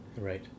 Right